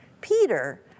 Peter